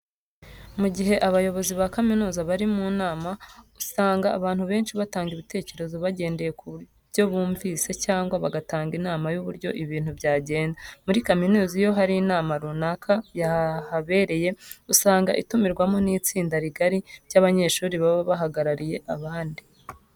Mu gihe abayobozi ba kaminuza bari mu nama usanga abantu benshi batanga ibitekerezo bagendeye ku byo bumvise cyangwa bagatanga inama y'uburyo ibintu byagenda. Muri kaminuza iyo hari inama runaka yahabereye, usanga itumirwamo n'itsinda rigari ry'abanyeshuri baba bahagarariye abandi.